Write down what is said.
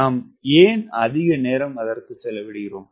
நாம் ஏன் அதிக நேரம் செலவிடுகிறோம்